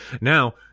Now